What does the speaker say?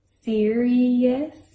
serious